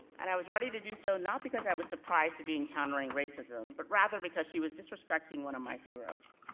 and i was ready to do so, not because i was surprised to be encountering racism, but rather because she was disrespecting one of my heroes.